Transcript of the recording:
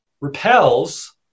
repels